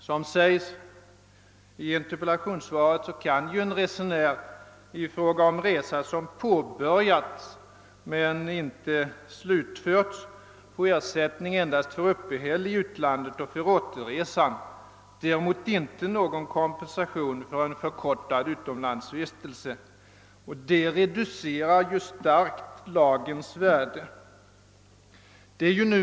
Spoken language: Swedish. Som sägs i interpellationssvaret, kan en resenär i fråga om resa som påbörjats men inte slutförts få ersättning endast för uppehälle i utlandet och för återresan, däremot inte någon kompensation för en förkortad utlandsvistelse, och det reducerar ju starkt lagens värde.